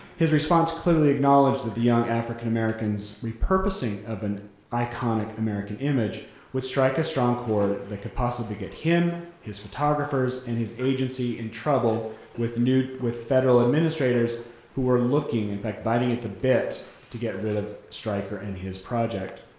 his response clearly acknowledged that the young african-american's repurposing of an iconic american images would strike a strong chord that could possibly get him, his photographers, and his agency in trouble with federal administrators who were looking, in fact biting at the bit, to get rid of stryker and his project.